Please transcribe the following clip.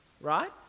Right